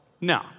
no